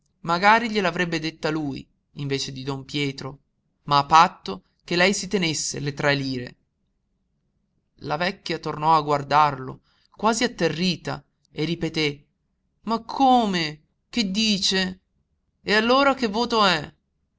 magari gliel'avrebbe detta lui invece di don pietro ma a patto che lei si tenesse le tre lire la vecchia tornò a guardarlo quasi atterrita e ripeté ma come che dice e allora che voto è